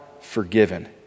forgiven